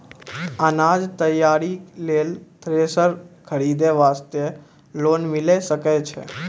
अनाज तैयारी लेल थ्रेसर खरीदे वास्ते लोन मिले सकय छै?